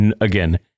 again